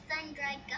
sun-dried